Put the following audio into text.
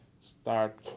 start